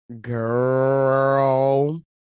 girl